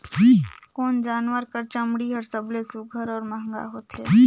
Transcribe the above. कोन जानवर कर चमड़ी हर सबले सुघ्घर और महंगा होथे?